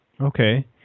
Okay